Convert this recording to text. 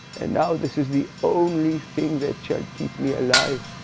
and now, this is the only thing that shall keep me alive.